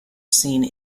scene